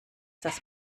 das